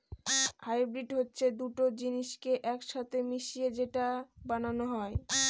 hybrid হচ্ছে দুটো জিনিসকে এক সাথে মিশিয়ে যেটা বানানো হয়